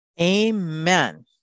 Amen